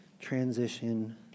transition